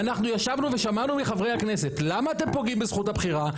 ואנחנו ישבנו ושמענו מחברי הכנסת למה אתם פוגעים בזכות הבחירה?